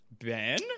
ben